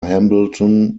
hambleton